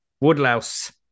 Woodlouse